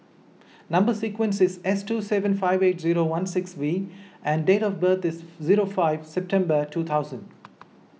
Number Sequence is S two seven five eight zero one six V and date of birth is zero five September two thousand